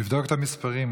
תבדוק את המספרים.